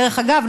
דרך אגב,